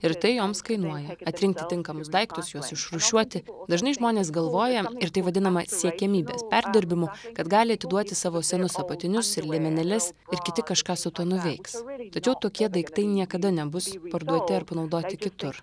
ir tai joms kainuoja atrinkti tinkamus daiktus juos išrūšiuoti dažnai žmonės galvoja ir tai vadinama siekiamybės perdirbimu kad gali atiduoti savo senus apatinius ir liemenėles ir kiti kažką su tuo nuveiks tačiau tokie daiktai niekada nebus parduoti ar panaudoti kitur